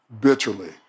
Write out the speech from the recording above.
bitterly